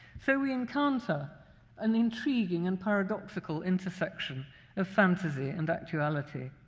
so we encounter an intriguing and paradoxical intersection of fantasy and actuality.